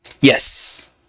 Yes